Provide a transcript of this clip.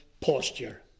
posture